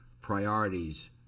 priorities